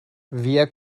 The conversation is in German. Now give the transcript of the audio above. wir